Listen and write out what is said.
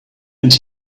and